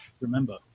Remember